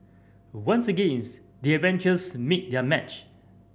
once again the Avengers meet their match